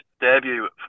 debut